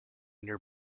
near